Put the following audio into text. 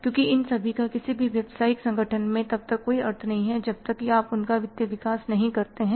क्योंकि इन सभी का किसी भी व्यावसायिक संगठन में तब तक कोई अर्थ नहीं है जब तक कि आप उनका वित्तीय विकास नहीं करते हैं